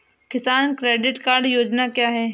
किसान credit card योजना क्या है?